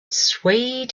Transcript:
swayed